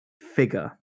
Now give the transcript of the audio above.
figure